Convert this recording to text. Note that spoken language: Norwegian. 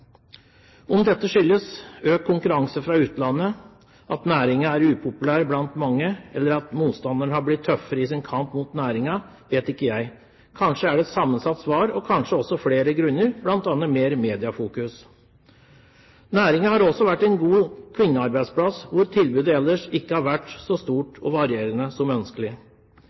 Om dette skyldes økt konkurranse fra utlandet, om næringen er upopulær blant mange, eller om motstanderne er blitt tøffere i sin kamp mot næringen, vet ikke jeg. Kanskje er det et sammensatt svar – og kanskje også flere grunner – bl.a. mer mediefokus. Næringen har også vært en god kvinnearbeidsplass, der hvor tilbudet ellers ikke har vært så stort og variert som ønskelig.